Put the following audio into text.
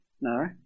no